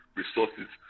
resources